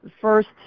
First